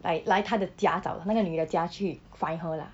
like 来她的家找她那个女的家去 find her lah